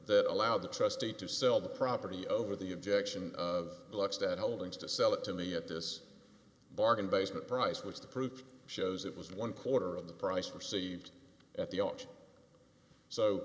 that allowed the trustee to sell the property over the objection of blocks that holdings to sell it to me at this bargain basement price which the proof shows it was one quarter of the price for saved at the